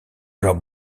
alors